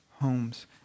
homes